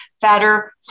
fatter